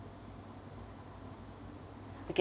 okay